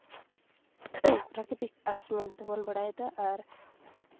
ᱯᱨᱟᱠᱨᱤᱛᱤᱠ ᱜᱷᱟᱥ ᱢᱮᱱᱛᱮᱵᱚᱱ ᱵᱟᱲᱟᱭᱫᱟ ᱟᱨ